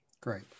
Great